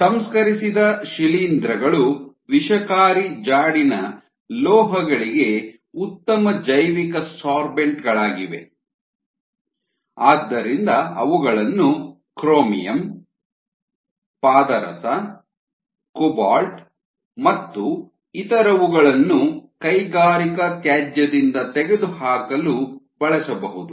ಸಂಸ್ಕರಿಸಿದ ಶಿಲೀಂಧ್ರಗಳು ವಿಷಕಾರಿ ಜಾಡಿನ ಲೋಹಗಳಿಗೆ ಉತ್ತಮ ಜೈವಿಕ ಸೋರ್ಬೆಂಟ್ ಗಳಾಗಿವೆ ಆದ್ದರಿಂದ ಅವುಗಳನ್ನು ಕ್ರೋಮಿಯಂ ಪಾದರಸ ಕೋಬಾಲ್ಟ್ ಮತ್ತು ಇತರವುಗಳನ್ನು ಕೈಗಾರಿಕಾ ತ್ಯಾಜ್ಯದಿಂದ ತೆಗೆದುಹಾಕಲು ಬಳಸಬಹುದು